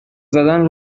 زدن